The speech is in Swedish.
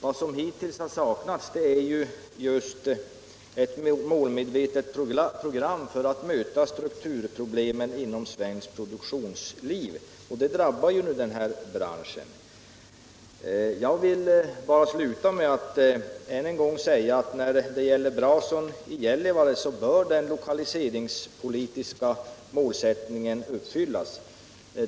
Vad som hittills saknats är ett målmedvetet program för att möta strukturproblemen inom svenskt produktionsliv, och det drabbar den här branschen. 147 Jag vill sluta med att ännu en gång säga att när det gäller Brason i Gällivare bör den lokaliseringspolitiska målsättningen uppfyllas.